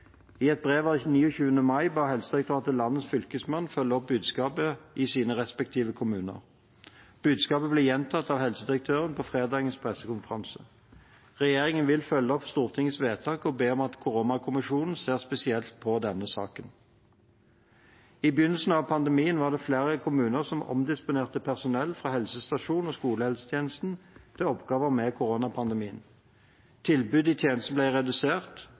I et brev av 29. mai ba Helsedirektoratet landets fylkesmenn følge opp budskapet i sine respektive kommuner. Budskapet ble gjentatt av helsedirektøren på fredagens pressekonferanse. Regjeringen vil følge opp Stortingets vedtak og be om at koronakommisjonen ser spesielt på denne saken. I begynnelsen av pandemien var det flere kommuner som omdisponerte personell fra helsestasjons- og skolehelsetjenesten til oppgaver med koronapandemien. Tilbudet i tjenesten ble redusert,